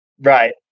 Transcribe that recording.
Right